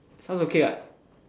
sounds okay what